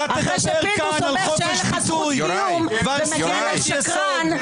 אחרי שפינדרוס אומר שאין לך זכות קיום ומגן על שקרן,